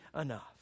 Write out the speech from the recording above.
enough